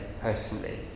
personally